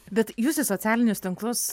bet jūs į socialinius tinklus